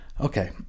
Okay